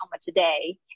today